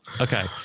Okay